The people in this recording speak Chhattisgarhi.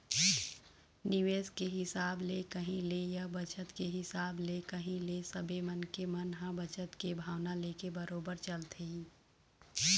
निवेश के हिसाब ले कही ले या बचत के हिसाब ले कही ले सबे मनखे मन ह बचत के भावना लेके बरोबर चलथे ही